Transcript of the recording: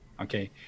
okay